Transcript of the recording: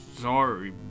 sorry